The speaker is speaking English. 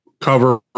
Cover